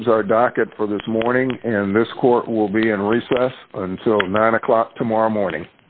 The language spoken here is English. s our docket for this morning and this court will be in recess until nine o'clock tomorrow morning